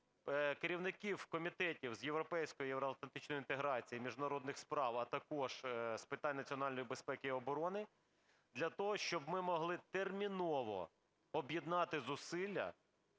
керівників комітетів з європейської, євроатлантичної інтеграції, міжнародних справ, а також з питань національної безпеки і оборони для того, щоб ми могли терміново об'єднати зусилля